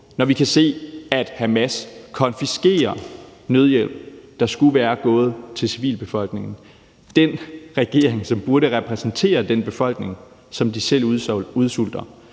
Når vi kan se, at Hamas konfiskerer nødhjælp, der skulle være gået til civilbefolkningen – den regering, som burde repræsentere den befolkning, som de selv udsulter